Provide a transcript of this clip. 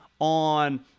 on